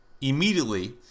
immediately